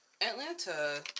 Atlanta